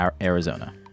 Arizona